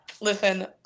listen